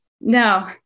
No